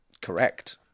correct